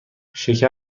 شکر